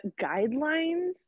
guidelines